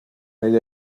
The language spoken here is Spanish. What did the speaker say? medio